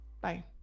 Bye